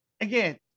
again